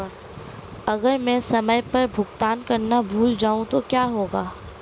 अगर मैं समय पर भुगतान करना भूल जाऊं तो क्या होगा?